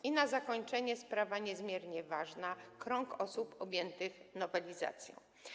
I na zakończenie sprawa niezmiernie ważna: krąg osób objętych nowelizacją.